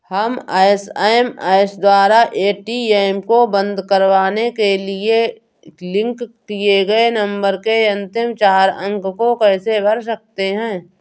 हम एस.एम.एस द्वारा ए.टी.एम को बंद करवाने के लिए लिंक किए गए नंबर के अंतिम चार अंक को कैसे भर सकते हैं?